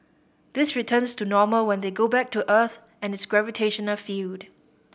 this returns to normal when they go back to Earth and its gravitational field